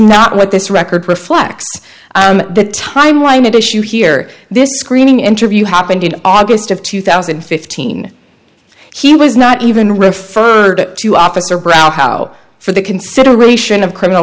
what this record reflects the timeline and issue here this screening interview happened in august of two thousand and fifteen he was not even referred to officer brown how for the consideration of criminal